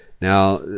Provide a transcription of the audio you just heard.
Now